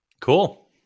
Cool